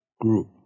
group